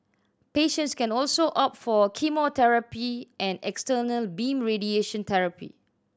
patients can also opt for chemotherapy and external beam radiation therapy